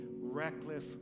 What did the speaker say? reckless